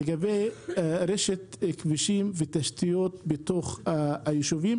לגבי רשת של כבישים ותשתיות בתוך היישובים?